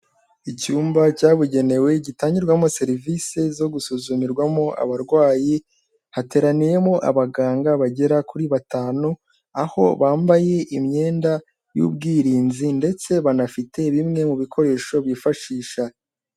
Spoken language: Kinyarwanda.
Icyumba cyabugenewe gitangirwamo serivisi zo gusuzumirwamo abarwayi, hateraniyemo abaganga bagera kuri batanu, aho bambaye imyenda y'ubwirinzi ndetse banafite bimwe mu bikoresho bifashisha.